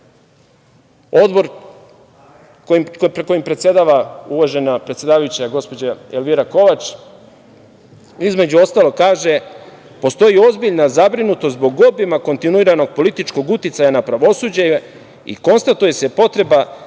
odbor kojim predsedava uvažena predsedavajuća, gospođa Elvira Kovač, između ostalog kaže – postoji ozbiljna zabrinutost zbog obima kontinuiranog političkog uticaja na pravosuđe i konstatuje se potreba